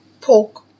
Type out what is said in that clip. pork